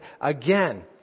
again